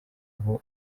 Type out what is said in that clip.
aho